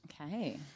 Okay